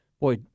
Boy